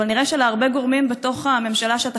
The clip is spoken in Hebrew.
אבל נראה שלהרבה גורמים בתוך הממשלה שאתה